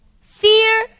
fear